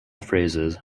phrases